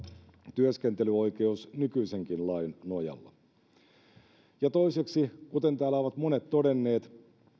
työskentelyoikeus nykyisenkin lain nojalla toiseksi kuten täällä ovat monet todenneet